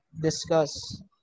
discuss